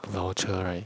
voucher right